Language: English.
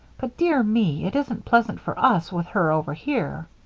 but, dear me, it isn't pleasant for us with her over here.